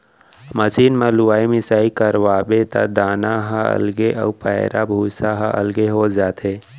machine म लुवाई मिसाई करवाबे त दाना ह अलगे अउ पैरा भूसा ह अलगे हो जाथे